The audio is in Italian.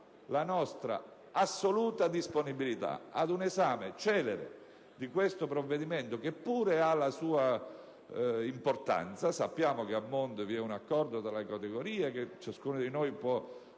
la nostra assoluta disponibilità ad un esame celere di questo provvedimento, che pure ha la sua importanza. Sappiamo che a monte vi è un accordo tra le categorie professionali